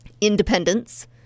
Independence